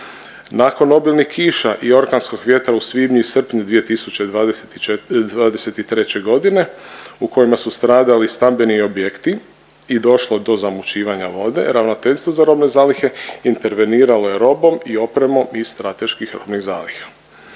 Nakon obilnih kiša i orkanskog vjetra u svibnju i srpnju 2023.g. u kojima su stradali stambeni objekti i došlo do zamućivanja vode Ravnateljstvo za robne zalihe interveniralo je robom i opremom iz strateških robnih zaliha.